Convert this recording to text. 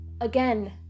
Again